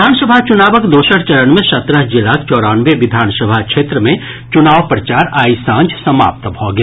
विधानसभा चुनाक दोसर चरण मे सत्रह जिलाक चौरानवे विधानसभा क्षेत्र मे चुनाव प्रचार आइ सांझ समाप्त भऽ गेल